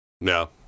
No